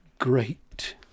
great